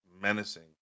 menacing